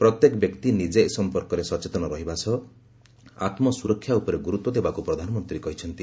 ପ୍ରତ୍ୟେକ ବ୍ୟକ୍ତି ନିଜେ ଏ ସଫପର୍କରେ ସଚେତନ ରହିବା ସହ ଆତ୍ମସୁରକ୍ଷା ଉପରେ ଗୁରୁତ୍ୱ ଦେବାକୁ ପ୍ରଧାନମନ୍ତ୍ରୀ କହିଛନ୍ତି